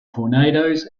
tornadoes